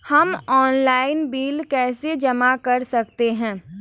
हम online bill कैसे जमा कर सकते हैं?